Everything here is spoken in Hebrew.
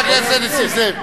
חבר הכנסת נסים זאב,